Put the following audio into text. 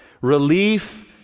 Relief